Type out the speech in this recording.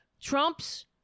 Trump's